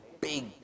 big